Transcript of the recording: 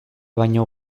baino